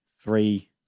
three